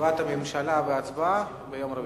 תשובת הממשלה והצבעה ביום רביעי.